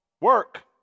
work